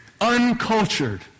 uncultured